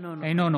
אינו נוכח